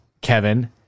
Kevin